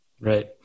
Right